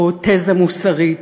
או תזה מוסרית,